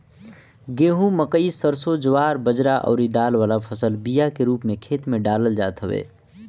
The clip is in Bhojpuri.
गेंहू, मकई, सरसों, ज्वार बजरा अउरी दाल वाला फसल बिया के रूप में खेते में डालल जात हवे